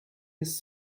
his